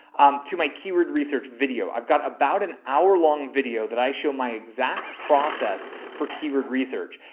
um, to my keyword research video, i've got about an hour long video that i show my exactly. process for keyword research.